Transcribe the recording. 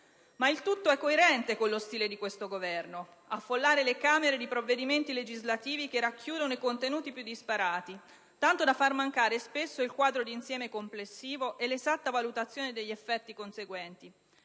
Ma il tutto è coerente con lo stile di questo Governo: affollare le Camere di provvedimenti legislativi che racchiudono i contenuti più disparati, tanto da far mancare spesso il quadro d'insieme complessivo e l'esatta valutazione degli effetti conseguenti